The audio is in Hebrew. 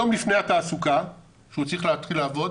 יום לפני התעסוקה שהוא צריך להתחיל לעבוד